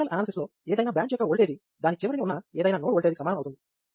nodal analysis లో ఏదైనా branch యొక్క ఓల్టేజి దాని చివరన ఉన్న ఏదైనా నోడ్ ఓల్టేజ్ కి సమానం అవుతుంది